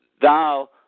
thou